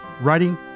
writing